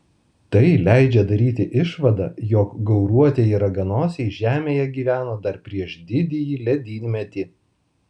tai leidžia daryti išvadą jog gauruotieji raganosiai žemėje gyveno dar prieš didįjį ledynmetį